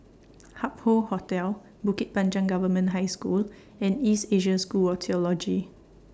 Hup Hoe Hotel Bukit Panjang Government High School and East Asia School of Theology